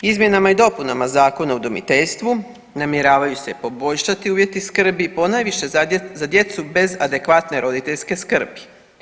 Izmjenama i dopunama Zakona o udomiteljstvu namjeravaju se poboljšati uvjeti skrbi ponajviše za djecu bez adekvatne roditeljske skrbi.